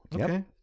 Okay